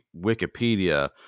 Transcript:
Wikipedia